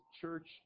church